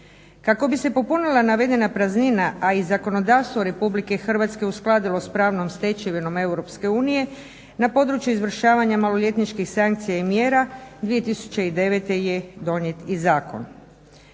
Kako bi se popunila navedena praznina, a i zakonodavstvo Republike Hrvatske uskladilo sa pravnom stečevinom Europske unije na području izvršavanja maloljetničkih sankcija i mjera 2009. je donijet i zakon.